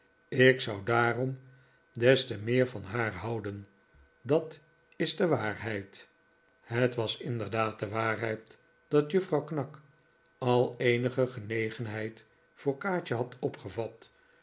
ik zou daarom des te meer van haar houden dat is de waarheid het was inderdaad de waarheid dat juffrouw knag al eenige genegenheid voor kaatje had opgevat